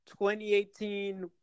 2018